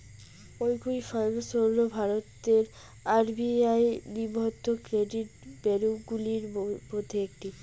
Equifax হল ভারতের RBI নিবন্ধিত ক্রেডিট ব্যুরোগুলির মধ্যে একটি